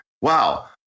wow